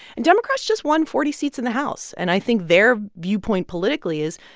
and democrats just won forty seats in the house. and i think their viewpoint politically is,